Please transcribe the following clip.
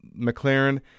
McLaren